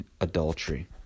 adultery